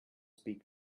speak